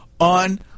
on